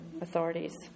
authorities